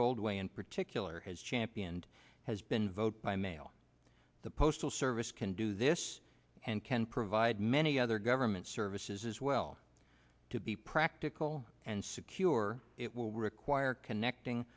gold way in particular has championed has been vote by mail the postal service can do this and can provide many other government services as well to be practical and secure it will require connecting